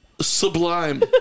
sublime